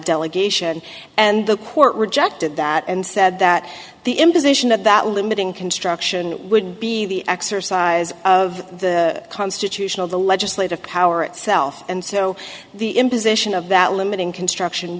delegation and the court rejected that and said that the imposition of that limiting construction would be the exercise of the constitutional the legislative power itself and so the imposition of that limiting construction